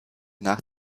nach